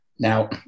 Now